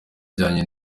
ajyanye